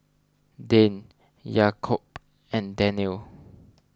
Dian Yaakob and Daniel